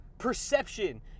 Perception